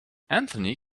anthony